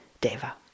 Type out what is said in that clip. deva